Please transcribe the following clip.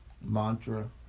mantra